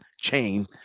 chain